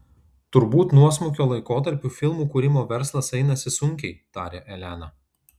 turbūt nuosmukio laikotarpiu filmų kūrimo verslas einasi sunkiai taria elena